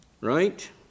right